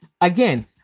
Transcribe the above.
again